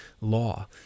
law